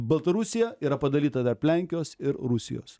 baltarusija yra padalyta tarp lenkijos ir rusijos